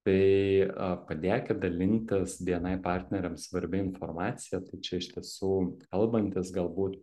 tai padėkit dalintis bni partneriams svarbia informacija čia iš tiesų kalbantis galbūt